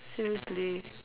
seriously